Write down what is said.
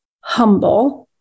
humble